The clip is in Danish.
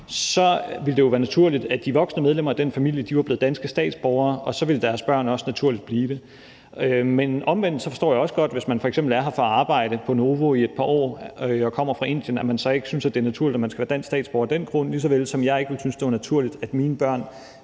så ville det jo være naturligt, at de voksne medlemmer af den familie var blevet danske statsborgere, og så ville deres børn også naturligt blive det. Men omvendt forstår jeg også godt, at man, hvis man f.eks. er her for at arbejde på Novo Nordisk i et par år og kommer fra Indien, så ikke synes, det er naturligt, at man skal være dansk statsborger af den grund – ligesom jeg ikke ville synes, at det var naturligt, at mit barn,